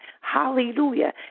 Hallelujah